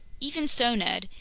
even so, ned,